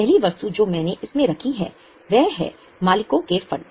पहली वस्तु जो मैंने इसमें रखी है वह है मालिकों के फंड